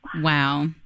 Wow